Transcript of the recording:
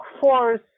force